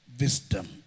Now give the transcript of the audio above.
wisdom